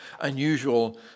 unusual